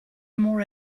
more